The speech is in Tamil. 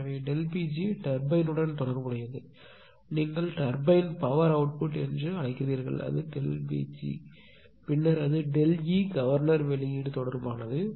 எனவே Pgடர்பைனுடன் தொடர்புடையது நீங்கள் டர்பைன் பவர் அவுட்புட் என்று அழைக்கிறீர்கள் Pg பின்னர் அது ΔE கவர்னர் வெளியீடு தொடர்பானது